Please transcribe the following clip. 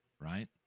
right